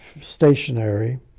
stationary